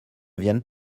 viennent